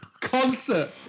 concert